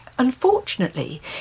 Unfortunately